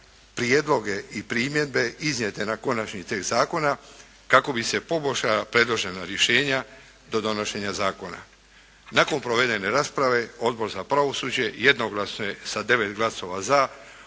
prijedloge i primjedbe iznijete na konačni tekst zakona kako bi se poboljšala predložena rješenja do donošenja zakona. Nakon provedene rasprave Odbor za pravosuđe jednoglasno je sa 9 glasova za